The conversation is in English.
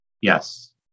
Yes